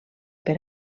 per